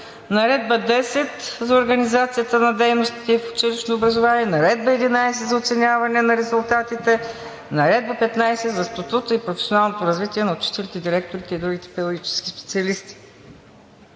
Наредба № 10 за организацията на дейностите в училищното образование, Наредба № 11 за оценяване на резултатите, Наредба № 15 за статута и професионалното развитие на учителите и директорите и другите педагогически специалисти.